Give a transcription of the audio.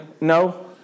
no